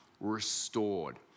restored